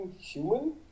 human